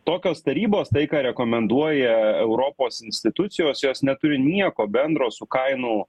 tokios tarybos tai ką rekomenduoja europos institucijos jos neturi nieko bendro su kainų